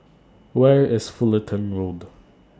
Where IS Fullerton Road